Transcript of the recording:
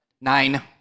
Nine